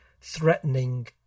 threatening